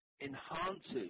enhances